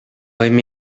эми